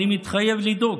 ואני מתחייב לדאוג,